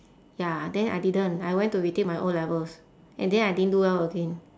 ya then I didn't I went to retake my O-levels and then I didn't do well again